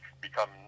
become